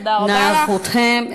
נא נוכחותכם.